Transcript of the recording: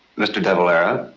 mr. de valera,